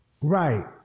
Right